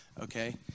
Okay